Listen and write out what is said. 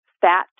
fat